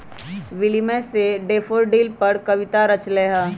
William ने daffodil पर कविता रच लय है